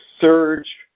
surge